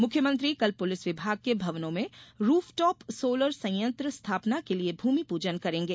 मुख्यमंत्री कल पुलिस विभाग के भवनों में रूफटॉप सोलर संयंत्र स्थापना के लिये भूमिपूजन करेंगे